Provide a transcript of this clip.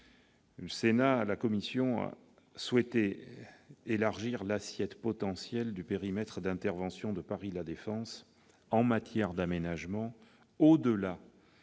ce point, la commission a souhaité élargir l'assiette potentielle du périmètre d'intervention de Paris La Défense en matière d'aménagement au-delà